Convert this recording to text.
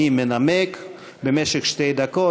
מי מנמק במשך שתי דקות.